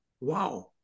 Wow